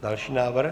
Další návrh.